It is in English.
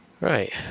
Right